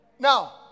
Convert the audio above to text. now